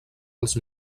els